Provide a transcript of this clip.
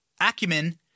acumen